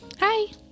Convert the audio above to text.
Hi